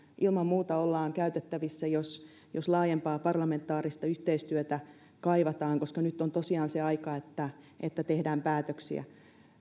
ilman muuta olemme käytettävissä jos jos laajempaa parlamentaarista yhteistyötä kaivataan koska nyt on tosiaan se aika että että tehdään päätöksiä